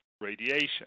radiation